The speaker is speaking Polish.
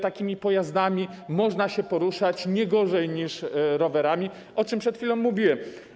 Takimi pojazdami można się poruszać nie gorzej niż rowerami, o czym przed chwilą mówiłem.